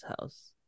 house